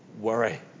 worry